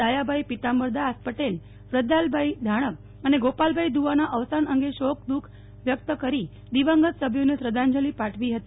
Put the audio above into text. ડાહ્યાભાઇ પિતાંબરદાસ પટેલ વ્રજલાલભાઇ ધાણક અને ગોપાલભાઇ ધુઆના અવસાન અંગે શોક દુઃખ વ્યકત કરી દિવંગત સભ્યોને શ્રદ્ધાંજલી પાઠવી હતી